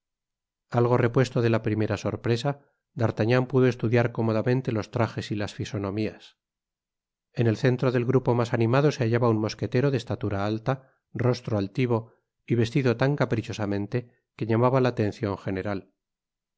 algo repuesto de la primera sorpresa d'artagnan pudo estudiar cómodamente los trajes y las fisonomías content from google book search generated at en el centro del grupo mas animado se hallaba un mosquetero de estatura alta rostro altivo y vestido tan caprichosamente que llamaba la atencion general